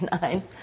nine